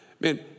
man